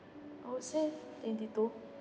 I would say twenty two